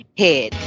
head